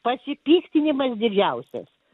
pasipiktinimas didžiausias